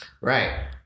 Right